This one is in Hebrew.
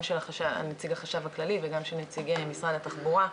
גם של נציג החשב הכללי וגם של נציגי משרד התחבורה.